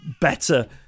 better